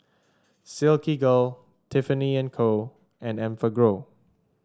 Silkygirl Tiffany And Co and Enfagrow